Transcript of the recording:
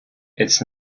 its